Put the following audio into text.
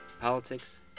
politics